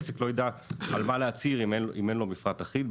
עסק לא ידע על מה להצהיר אם אין לו מפרט אחיד.